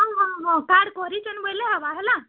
ହଁ ହଁ ହଁ କାର୍ଡ଼ କରିଛନ୍ ବଏଲେ ହେବା ହେଲା